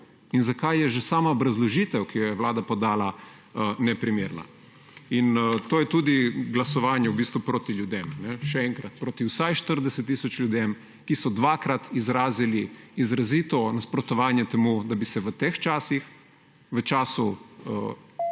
in zakaj je že sama obrazložitev, ki jo je vlada podala, neprimerna. In to je tudi glasovanje v bistvu proti ljudem. Še enkrat, proti vsaj 40 tisoč ljudem, ki so dvakrat izrazili izrazito nasprotovanje temu, da bi se v teh časih, v času